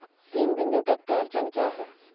तीन बिंदु ट्रैक्टर अड़चन क्या है?